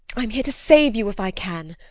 i'm here to save you, if i can.